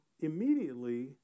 immediately